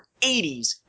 80s